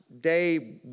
day